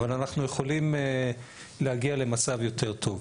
אבל אנחנו יכולים להגיע למצב יותר טוב.